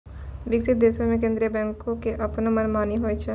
विकसित देशो मे केन्द्रीय बैंको के अपनो मनमानी होय छै